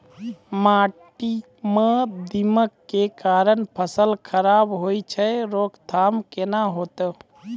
माटी म दीमक के कारण फसल खराब होय छै, रोकथाम केना होतै?